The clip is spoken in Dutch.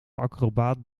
acrobaat